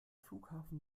flughafen